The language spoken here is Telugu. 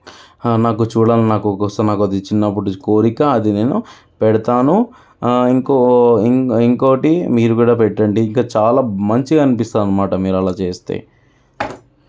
నాకు చూడాలని నాకొకస్త నాకు చిన్నప్పటినుంచి కోరిక అది నేను పెడతాను ఇంకో ఇం ఇంకోకటి మీరు కూడా పెట్టండి ఇంకా చాలా మంచిగా అనిపిస్తుందనమాట మీరలా చేస్తే